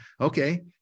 Okay